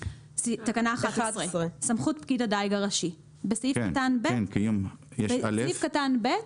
תקנה 11, סמכות פקיד הדיג הראשי, סעיף קטן (ב).